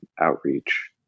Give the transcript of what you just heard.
outreach